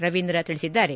ರವೀಂದ್ರ ತಿಳಿಸಿದ್ದಾರೆ